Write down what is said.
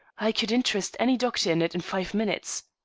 i could interest any doctor in it in five minutes.